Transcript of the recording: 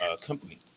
company